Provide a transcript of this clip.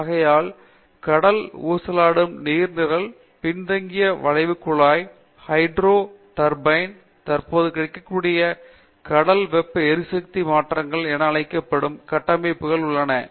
ஆகையால் கடல் ஊசலாடும் நீர் நிரல் பின்தங்கிய வளைந்த குழாய் ஹைட்ரோ டர்பைன் தற்போது கிடைக்கக்கூடிய கடல் வெப்ப எரிசக்தி மாற்றங்கள் என அழைக்கப்படும் கட்டமைப்புகள் உள்ளன